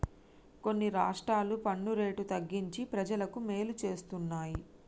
కొన్ని రాష్ట్రాలు పన్ను రేటు తగ్గించి ప్రజలకు మేలు చేస్తున్నాయి